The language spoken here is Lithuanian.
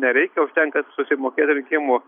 nereikia užtenka susimokėt rinkimų